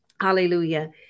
hallelujah